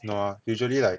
no usually like